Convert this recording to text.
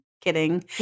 Kidding